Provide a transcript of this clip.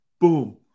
boom